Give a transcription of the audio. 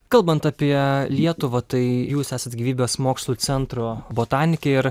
kalbant apie lietuvą tai jūs esat gyvybės mokslų centro botanikė ir